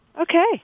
Okay